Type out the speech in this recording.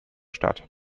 statt